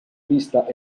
vista